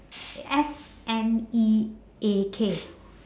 S N E A K